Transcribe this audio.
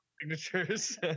signatures